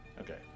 Okay